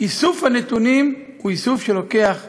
איסוף הנתונים לוקח זמן,